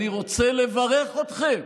אני רוצה לברך אתכם